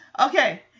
Okay